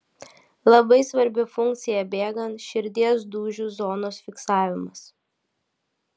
labai svarbi funkcija bėgant širdies dūžių zonos fiksavimas